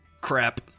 crap